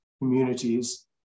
communities